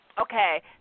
Okay